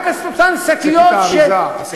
רק אותן שקיות, שקית האריזה.